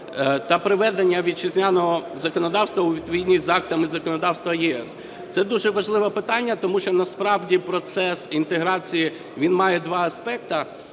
та приведення вітчизняного законодавства у відповідність з актами законодавства ЄС. Це дуже важливе питання, тому що насправді процес інтеграції він має два аспекти: